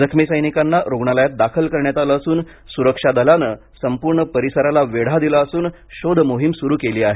जखमी सैनिकांना रुग्णालयात दाखल करण्यात आले असून सुरक्षा दलाने संपूर्ण परिसराला वेढा दिला असून शोध मोहीम सुरू केली आहे